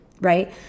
right